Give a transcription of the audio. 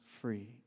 free